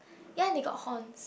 ya they got horns